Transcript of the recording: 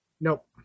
Nope